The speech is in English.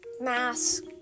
Mask